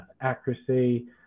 accuracy